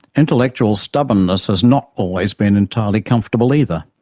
intellectual stubbornness has not always been entirely comfortable either.